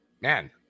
man